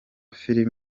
film